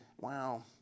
Wow